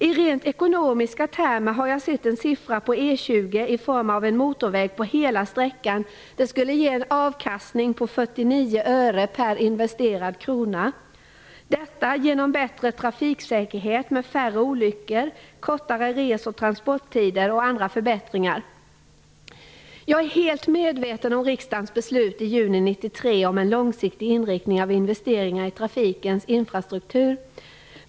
I rent ekonomiska termer har det beräknats för E 20 att en motorväg på hela sträckan skulle ge en avkastning på 49 öre per investerad krona - detta genom bättre trafiksäkerhet med färre olyckor, kortare res och transporttider och andra förbättringar. Jag är helt medveten om riksdagens beslut i juni 1993, om en långsiktig inriktning av investeringar i trafikens infrastruktur.